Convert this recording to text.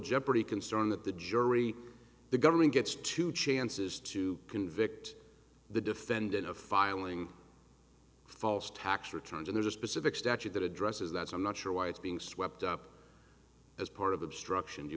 jeopardy concern that the jury the government gets two chances to convict the defendant of filing false tax returns or there's a specific statute that addresses that i'm not sure why it's being swept up as part of obstruction you